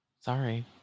Sorry